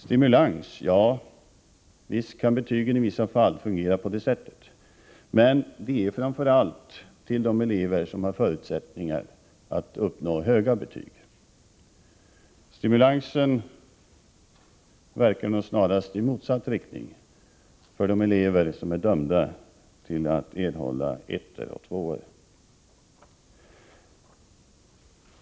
Stimulans —- ja, visst kan betyg i vissa fall fungera på det sättet men framför allt för de elever som har förutsättningar att uppnå höga betyg. Stimulansen verkar snarast i motsatt riktning för de elever som är dömda att erhålla ettor och tvåor.